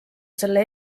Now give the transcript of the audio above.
selle